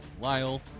Lyle